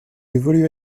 évolue